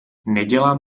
nedělám